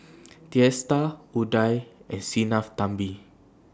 Teesta Udai and Sinnathamby